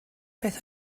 beth